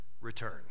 return